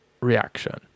reaction